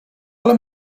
ale